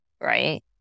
right